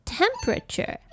temperature